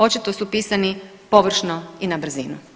Očito su pisani površno i na brzinu.